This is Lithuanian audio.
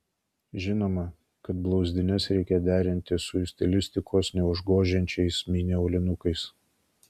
žinoma kad blauzdines reikia derinti su jų stilistikos neužgožiančiais mini aulinukais